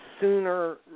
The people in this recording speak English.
sooner